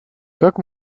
как